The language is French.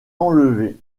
enlever